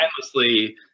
endlessly